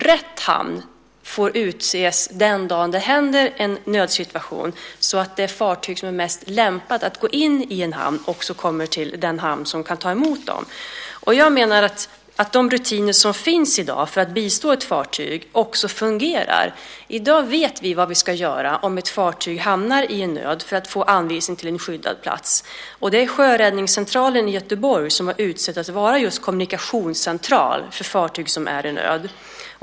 Rätt hamn får dock utses den dag det inträffar en nödsituation så att ett fartyg som behöver gå in i en hamn också kommer till den hamn som är mest lämpad att ta emot det. Jag menar att de rutiner som i dag finns för att bistå ett fartyg fungerar. I dag vet vi vad vi ska göra om ett fartyg hamnar i nöd för att få anvisning till en skyddad plats. Det är Sjöräddningscentralen i Göteborg som har utsetts att vara kommunikationscentral för fartyg i nöd.